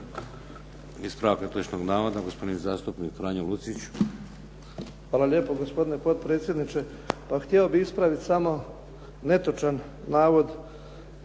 Ispravak netočnog navoda gospodin zastupnik Franjo Lucić. **Lucić, Franjo (HDZ)** Hvala lijepo. Gospodine potpredsjedniče. Pa htio bih ispraviti samo netočan navod